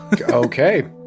Okay